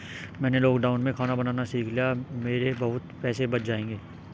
मैंने लॉकडाउन में खाना बनाना सीख लिया है, मेरे बहुत पैसे बच जाएंगे